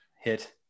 hit